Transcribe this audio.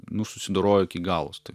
nu susidorojo iki galo su tavim